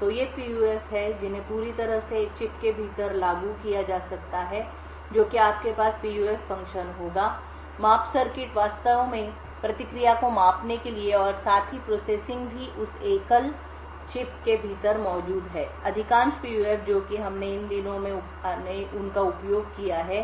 तो ये PUF हैं जिन्हें पूरी तरह से एक चिप के भीतर लागू किया जा सकता है जो कि आपके पास PUF फ़ंक्शन होगा माप सर्किट वास्तव में प्रतिक्रिया को मापने के लिए और साथ ही प्रोसेसिंग भी उस एकल चिप के भीतर मौजूद है अधिकांश PUF जो कि हमने इन दिनों में उनका उपयोग किया है